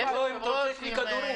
וגם בפניות ישירות ואישיות,